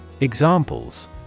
Examples